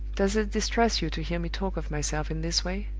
does it distress you to hear me talk of myself in this way?